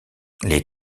les